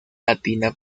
latina